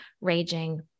raging